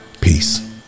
Peace